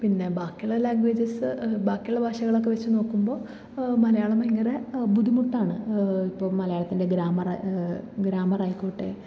പിന്നെ ബാക്കിയുള്ള ലാംഗ്വേജസ് ബാക്കിയുള്ള ഭാഷകളൊക്കെ വച്ച് നോക്കുമ്പോൾ മലയാളം ഭയങ്കര ബുദ്ധിമുട്ടാണ് ഇപ്പം മലയാളത്തിൻ്റെ ഗ്രാമർ ഗ്രാമർ ആയിക്കോട്ടെ